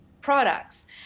products